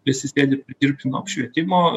visi sėdi dirbtino apšvietimo